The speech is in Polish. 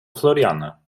floriana